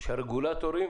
שהרגולטורים